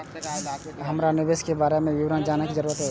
हमरा निवेश के बारे में विवरण जानय के जरुरत ये?